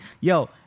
yo